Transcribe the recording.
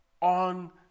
on